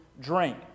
drink